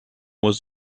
was